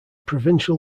provincial